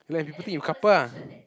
like people think we couple ah